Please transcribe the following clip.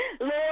Lord